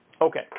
Okay